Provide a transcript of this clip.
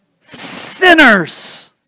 Sinners